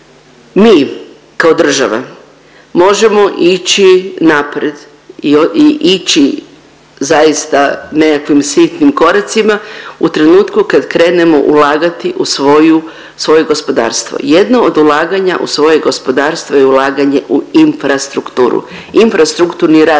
Mi kao država možemo ići naprijed i ići zaista nekakvim sitnim koracima u trenutku kad krenemo ulagati u svoju, u svoje gospodarstvo. Jedno od ulaganja u svoje gospodarstvo je ulaganje u infrastrukturu. Infrastrukturni radovi